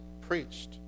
preached